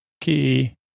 Key